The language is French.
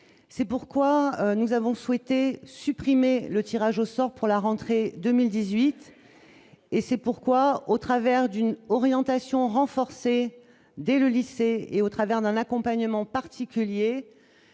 c'est pourquoi nous avons souhaité supprimer le tirage au sort pour la rentrée 2018 et c'est pourquoi, au travers d'une orientation renforcée dès le lycée et au travers d'un accompagnement particulier